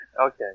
okay